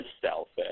selfish